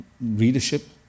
readership